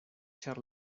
ĉar